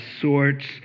sorts